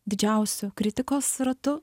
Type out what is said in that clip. didžiausiu kritikos ratu